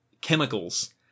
chemicals